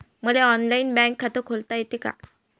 मले online bank खात खोलता येते का?